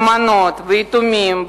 אלמנות ויתומים,